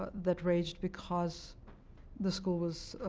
that raged, because the school was